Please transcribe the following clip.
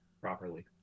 Properly